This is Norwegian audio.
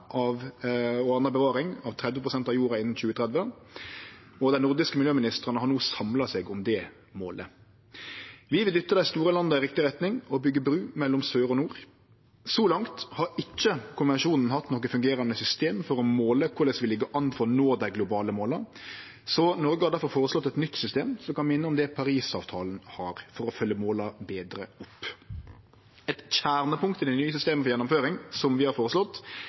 og anna bevaring av 30 pst. av jorda innan 2030, og dei nordiske miljøministrane har no samla seg om det målet. Vi vil dytte dei store landa i riktig retning og byggje bru mellom sør og nord. Så langt har ikkje konvensjonen hatt noko fungerande system for å måle korleis vi ligg an for å nå dei globale måla. Noreg har difor føreslått eit nytt system som kan minne om det Parisavtalen har, for å følgje måla betre opp. Eit kjernepunkt i det nye systemet for gjennomføring som vi har